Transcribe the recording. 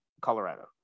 Colorado